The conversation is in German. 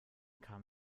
kam